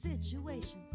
Situations